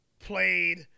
played